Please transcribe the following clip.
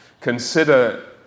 Consider